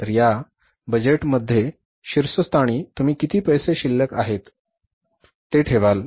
तर या रोख बजेटमध्ये शीर्षस्थानी तुम्ही किती पैसे शिल्लक आहेत ते ठेवाल